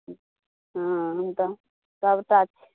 हँ हम तऽ सबटा